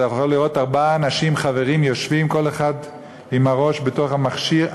אתה יכול לראות ארבעה אנשים חברים יושבים כל אחד עם הראש בתוך המכשיר,